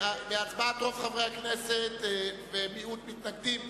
בהצבעת רוב חברי הכנסת ובמיעוט מתנגדים,